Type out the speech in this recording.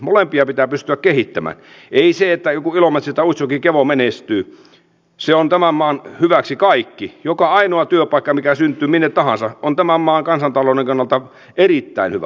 molempia pitää pystyä kehittämään ei niin että joku ilomantsi tai utsjoki kevo menestyy se on tämän maan hyväksi kaikki joka ainoa työpaikka mikä syntyy minne tahansa on tämän maan kansantalouden kannalta erittäin hyvä asia